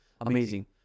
amazing